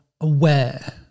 aware